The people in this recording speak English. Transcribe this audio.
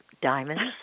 diamonds